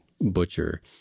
Butcher